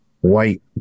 white